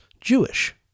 Jewish